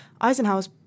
Eisenhower's